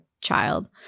child